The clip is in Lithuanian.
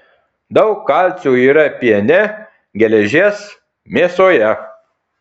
daug kalcio yra piene geležies mėsoje